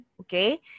Okay